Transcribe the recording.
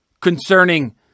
concerning